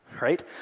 right